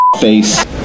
face